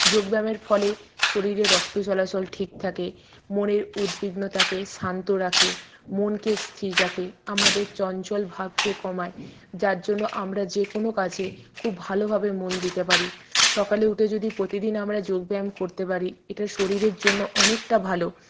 যোগ ব্যায়ামের ফলে শরীরে রক্ত চলাচল ঠিক থাকে মনের উদ্বিগ্নতাকে শান্ত রাখে মনকে স্থির রাখে আমাদের চঞ্চল ভাবকে কমায় যার জন্য আমরা যে কোনো কাজে খুব ভালোভাবে মন দিতে পারি সকালে উঠে যদি প্রতিদিন আমরা যোগ ব্যায়াম করতে পারি এটা শরীরের জন্য অনেকটা ভালো